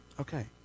Okay